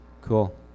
Cool